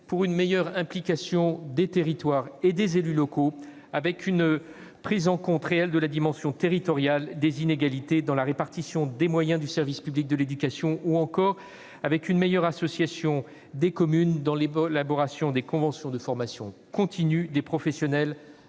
d'une meilleure implication des territoires et des élus locaux, avec une prise en compte réelle de la dimension territoriale des inégalités dans la répartition des moyens du service public de l'éducation ou encore avec une meilleure association des communes dans l'élaboration des conventions de formation continue des professionnels